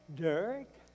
Derek